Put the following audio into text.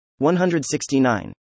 169